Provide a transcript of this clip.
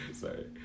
sorry